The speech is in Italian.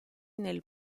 nei